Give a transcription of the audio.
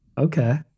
Okay